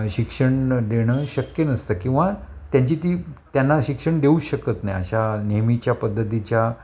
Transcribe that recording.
शिक्षण देणं शक्य नसतं किंवा त्यांची ती त्यांना शिक्षण देऊ शकत नाही अशा नेहमीच्या पद्धतीच्या